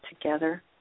together